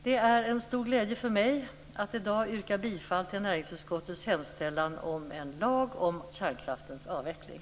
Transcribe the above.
Det är en stor glädje för mig att yrka bifall till näringsutskottets hemställan om en lag om kärnkraftens avveckling.